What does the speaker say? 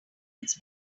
its